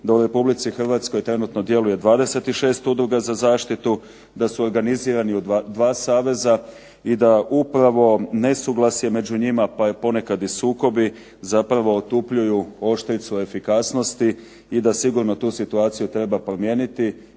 da u Republici Hrvatskoj trenutno djeluje 26 Udruga za zaštitu, da su organizirani u dva saveza i da upravo nesuglasje među njima pa ponekad i sukobi zapravo otupljuju oštricu efikasnosti i da tu situaciju treba promijeniti